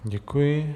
Děkuji.